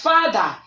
Father